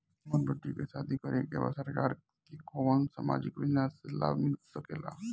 हमर बेटी के शादी करे के बा सरकार के कवन सामाजिक योजना से लाभ मिल सके ला?